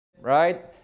right